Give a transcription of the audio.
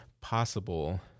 possible